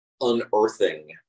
unearthing